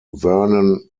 vernon